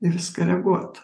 į viską reaguot